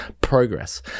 progress